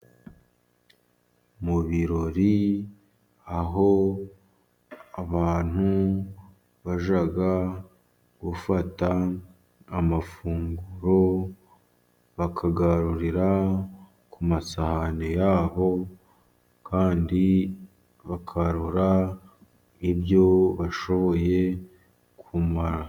Mu birori aho abantu bajya gufata amafunguro, bakayarurira ku masahani yabo, kandi bakarura ibyo bashoboye kumara.